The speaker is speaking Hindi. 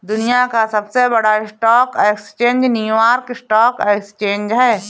दुनिया का सबसे बड़ा stock exchange New York stock exchange है